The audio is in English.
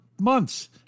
months